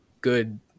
good